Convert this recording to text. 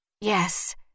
Yes